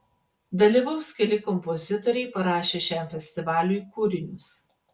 dalyvaus keli kompozitoriai parašę šiam festivaliui kūrinius